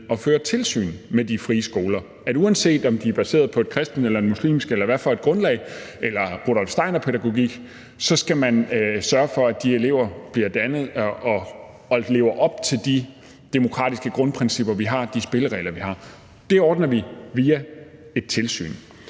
at føre tilsyn med de frie skoler. Så uanset om de er baseret på et kristent eller et muslimsk grundlag, eller hvad for et grundlag, det er, f.eks. Rudolf Steiner-pædagogik, så skal man sørge for, at de elever bliver dannet og lever op til de demokratiske grundprincipper, vi har, de spilleregler, vi har. Det ordner vi via et tilsyn.